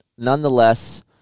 Nonetheless